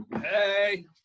Hey